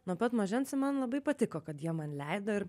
nuo pat mažens i man labai patiko kad jie man leido ir